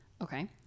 okay